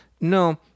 No